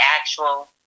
actual